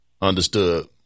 Understood